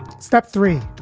step three,